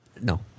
No